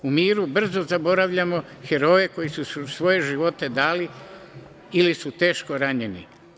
U miru brzo zaboravljamo heroje koji su svoje živote dali ili su teško ranjeni.